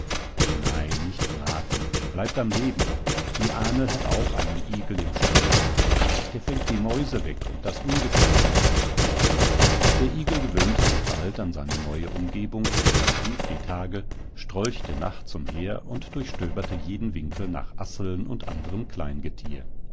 nein nicht braten der bleibt am leben die ahnl hat auch einen igel im stall gehabt der fängt die mäuse weg und das ungeziefer der igel gewöhnte sich bald an seine neue umgebung verschlief die tage strolchte nachts umher und durchstöberte jeden winkel nach asseln und anderem